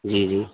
جی جی